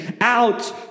out